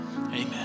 Amen